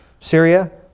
syria.